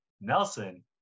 Nelson